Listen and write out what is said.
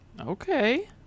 Okay